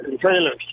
trailers